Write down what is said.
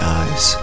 eyes